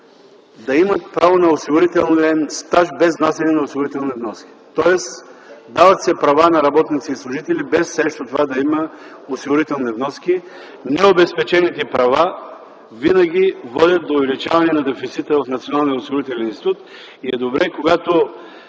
да имат право на осигурителен стаж без внасяне на осигурителни вноски. Тоест, дават се права на работници и служители без срещу това да има осигурителни вноски. Необезпечените права винаги водят до увеличаване на дефицита в Националния осигурителен институт и е добре, когато